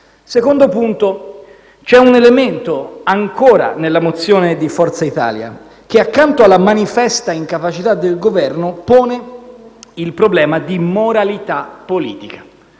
Secondo punto: c'è un elemento ancora nella mozione di Forza Italia che, accanto alla manifesta incapacità del Governo, pone il problema della moralità politica.